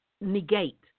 negate